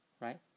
Right